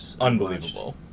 unbelievable